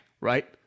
right